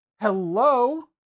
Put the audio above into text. Hello